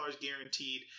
guaranteed